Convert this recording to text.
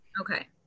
Okay